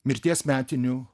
mirties metinių